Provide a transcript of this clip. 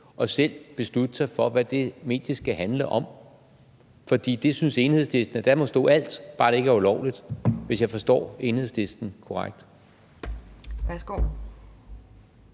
og selv beslutte sig for, hvad det medie skal handle om. For Enhedslisten synes, der må stå alt, bare det ikke er ulovligt, hvis jeg forstår Enhedslisten korrekt.